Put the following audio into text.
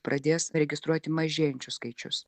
pradės registruoti mažėjančius skaičius